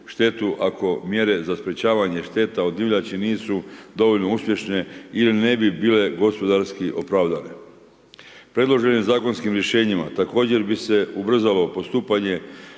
štetu ako mjere za sprječavanje šteta od divljači nisu dovoljno uspješne ili ne bi bilo gospodarski opravdane. Predloženim zakonskim rješenjima također bi se ubrzalo postupanje